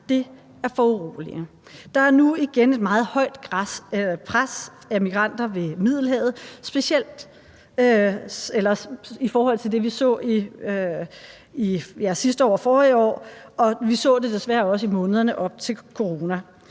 Det er foruroligende. Der er nu igen et meget højt pres af migranter ved Middelhavet i forhold til det, vi så sidste år og forrige år, og vi så det desværre også i månederne op til